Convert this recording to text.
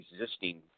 existing